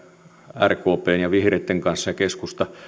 rkpn ja vihreiden kanssa käy keskusta